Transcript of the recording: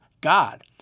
God